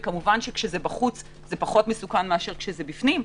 וכשזה בחוץ זה פחות מסוכן מאשר כשזה בפנים,